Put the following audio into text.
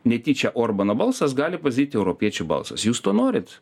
netyčia orbano balsas gali pasidaryti europiečių balsas jūs to norit